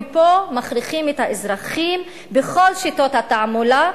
ופה מכריחים את האזרחים בכל שיטות התעמולה,